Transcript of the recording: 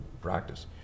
practice